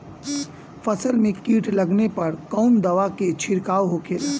फसल में कीट लगने पर कौन दवा के छिड़काव होखेला?